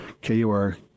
K-U-R